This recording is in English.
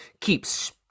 Keeps